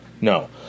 no